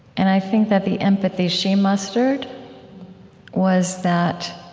and i think that the empathy she mustered was that